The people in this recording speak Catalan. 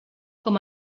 com